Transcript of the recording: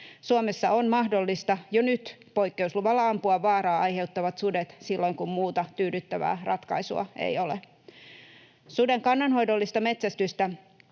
Suomessa on mahdollista jo nyt poikkeusluvalla ampua vaaraa aiheuttavat sudet silloin, kun muuta tyydyttävää ratkaisua ei ole. Suden kannanhoidollista metsästystä